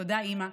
תודה, אימא,